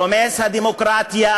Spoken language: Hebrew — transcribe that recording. רומס את הדמוקרטיה.